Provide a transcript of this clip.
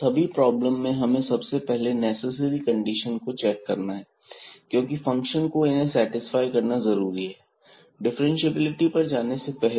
सभी प्रॉब्लम में हमें सबसे पहले नेसेसरी कंडीशन को चेक करना है क्योंकि फंक्शन को इन्हें सेटिस्फाई करना जरूरी है डिफरेंटशिएबिलिटी पर जाने से पहले